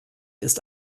ist